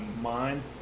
mind